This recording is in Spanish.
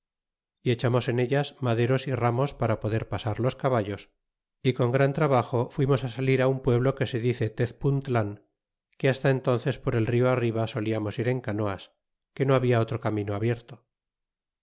y echábamos en ellas maderos y ramos para poder pasar los caballos y con gran trabajo fuimos salir un pueblo que se dice tezpuntlan que hasta entónces por el rio arriba bollamos ir en canoas que no habla otro camino abierto